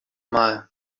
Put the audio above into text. mal